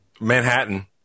Manhattan